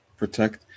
protect